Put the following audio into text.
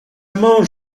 mange